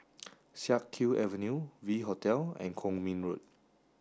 Siak Kew Avenue V Hotel and Kwong Min Road